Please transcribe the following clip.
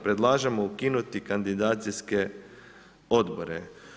Predlažemo ukinuti kandidacijske odbore.